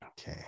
Okay